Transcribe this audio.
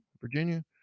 Virginia